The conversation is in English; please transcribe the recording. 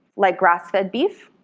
like grass fed beef.